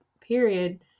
period